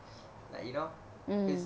like you know